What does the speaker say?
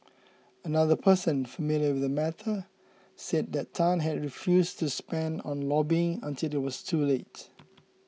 another person familiar with the matter said that Tan had refused to spend on lobbying until it was too late